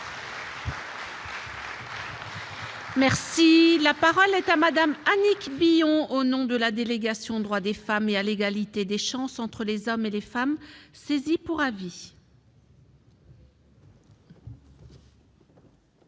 bien ! La parole est à Mme la présidente de la délégation aux droits des femmes et à l'égalité des chances entre les hommes et les femmes, saisie pour avis.